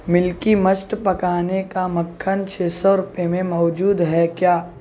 ملکی مسٹ پکانے کا مکھن چھ سو روپئے میں موجود ہے کیا